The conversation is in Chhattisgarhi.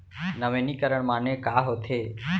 नवीनीकरण माने का होथे?